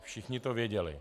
Všichni to věděli.